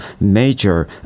major